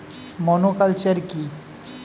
Monoculture কি?